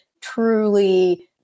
truly